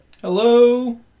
Hello